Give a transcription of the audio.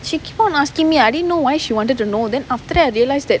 she keep on asking me I didn't know why she wanted to know then after that I realised that